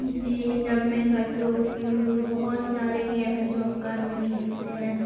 جی جب میں گھر پہ ہوتی ہوں تو بہت سارے گیم ہیں جو ہم گھر میں کھیلتے ہیں